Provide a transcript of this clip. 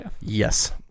Yes